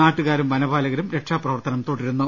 നാട്ടുകാരും വനപാലകരും രക്ഷാപ്രവർത്തനം തുട രുന്നു